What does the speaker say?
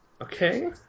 Okay